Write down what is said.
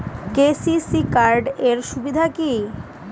KCC card এর সুবিধা কি?